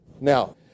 Now